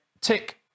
tick